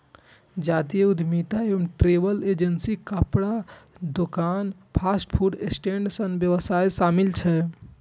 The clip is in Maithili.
जातीय उद्यमिता मे ट्रैवल एजेंसी, कपड़ाक दोकान, फास्ट फूड स्टैंड सन व्यवसाय शामिल छै